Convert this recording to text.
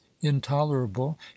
intolerable